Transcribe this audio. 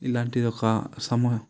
ఇలాంటిది ఒక సమయం